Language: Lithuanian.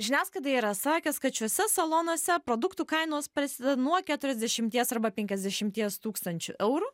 žiniasklaidai yra sakęs kad šiuose salonuose produktų kainos prasideda nuo keturiasdešimties arba penkiasdešimties tūkstančių eurų